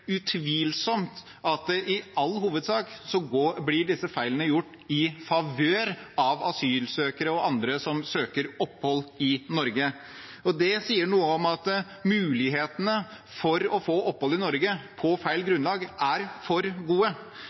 utvilsomt at disse feilene i all hovedsak blir gjort i favør av asylsøkere og andre som søker opphold i Norge. Det sier noe om at mulighetene for å få opphold i Norge på feil grunnlag er for gode.